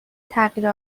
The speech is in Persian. تغییر